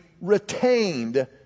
retained